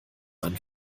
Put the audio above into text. einem